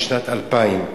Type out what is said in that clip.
בשנת 2000,